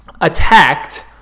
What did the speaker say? attacked